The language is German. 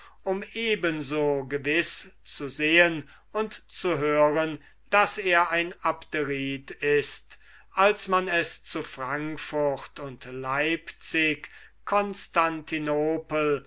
um eben so gewiß zu sehen und zu hören daß er ein abderit ist als man es zu frankfurt und leipzig